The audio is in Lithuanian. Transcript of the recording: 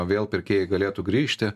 vėl pirkėjai galėtų grįžti